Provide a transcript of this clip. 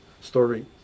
story